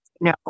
no